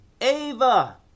Ava